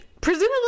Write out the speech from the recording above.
presumably